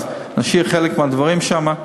אז נשאיר חלק מהדברים לשם,